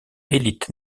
élite